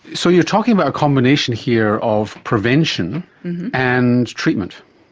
so you're talking about a combination here of prevention and treatment.